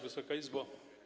Wysoka Izbo!